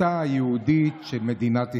היהודית של מדינת ישראל.